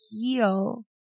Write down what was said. heal